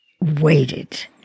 waited